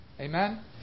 Amen